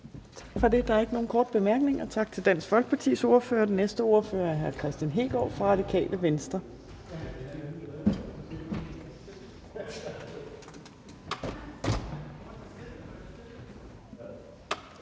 Torp): Der er ikke nogen korte bemærkninger. Tak til Dansk Folkepartis ordfører. Den næste ordfører er hr. Kristian Hegaard fra Radikale Venstre.